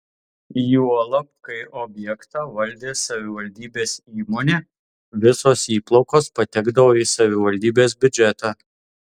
juolab kai objektą valdė savivaldybės įmonė visos įplaukos patekdavo į savivaldybės biudžetą